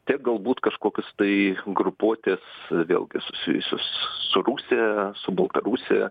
tiek galbūt kažkokios tai grupuotės vėlgi susijusios su rusija su baltausija